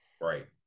Right